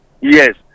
Yes